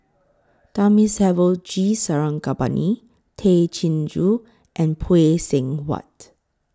Thamizhavel G Sarangapani Tay Chin Joo and Phay Seng Whatt